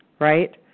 right